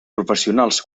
professionals